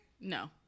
no